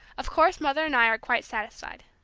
of course mother and i are quite satisfied.